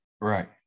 right